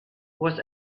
was